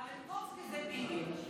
מיליקובסקי זה ביבי.